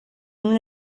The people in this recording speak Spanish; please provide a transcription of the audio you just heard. una